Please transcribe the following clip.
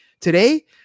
Today